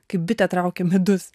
kaip bitę traukia medus